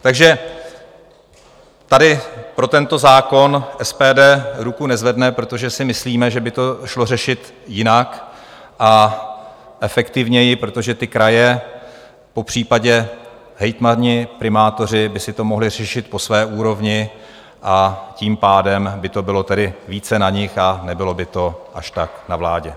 Takže tady pro tento zákon SPD ruku nezvedne, protože si myslíme, že by to šlo řešit jinak a efektivněji, protože ty kraje, popřípadě hejtmani, primátoři, by si to mohli řešit po své úrovni, a tím pádem by to bylo tedy více na nich a nebylo by to až tak na vládě.